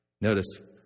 Notice